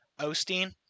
Osteen